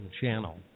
channel